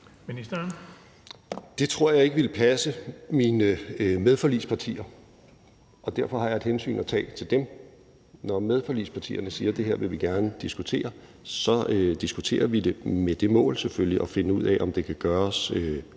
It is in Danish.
Det tror jeg ikke ville passe mine medforligspartier, og derfor har jeg et hensyn at tage til dem. Når medforligspartierne siger, at det her vil de gerne diskutere, så diskuterer vi det med det mål selvfølgelig at finde ud af, om det kan gøres